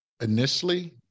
Initially